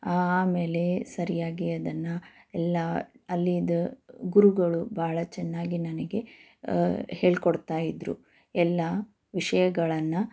ಆಮೇಲೆ ಸರಿಯಾಗಿ ಅದನ್ನು ಎಲ್ಲ ಅಲ್ಲೀದು ಗುರುಗಳು ಬಹಳ ಚೆನ್ನಾಗಿ ನನಗೆ ಹೇಳ್ಕೊಡ್ತಾ ಇದ್ದರು ಎಲ್ಲ ವಿಷಯಗಳನ್ನು